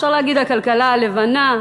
אפשר להגיד הכלכלה הלבנה,